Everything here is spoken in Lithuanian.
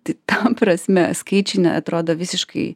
tai tam prasme skaičiai na atrodo visiškai